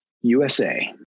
USA